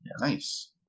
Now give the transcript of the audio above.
Nice